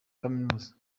kaminuza